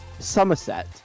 Somerset